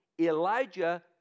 Elijah